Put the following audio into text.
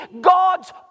God's